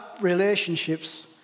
relationships